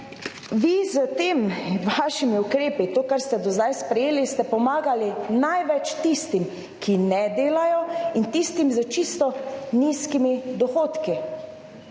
vi s temi vašimi ukrepi, to kar ste do zdaj sprejeli, ste pomagali največ tistim, ki ne delajo in tistim s čisto nizkimi dohodki,